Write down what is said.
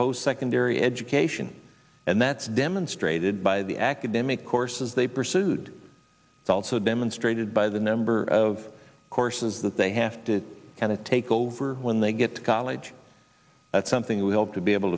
post secondary education and that's demonstrated by the academic courses they pursued they also demonstrated by the number of courses that they have to kind of take over when they get to college that's something we hope to be able